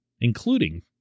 including